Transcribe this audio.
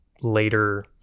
later